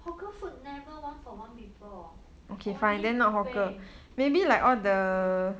hawker food never one for one before only buffet international buffet